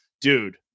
dude